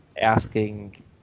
asking